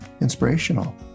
inspirational